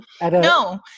no